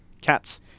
Cats